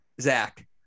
Zach